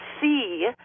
see